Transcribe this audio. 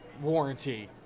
warranty